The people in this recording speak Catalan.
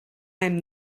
hem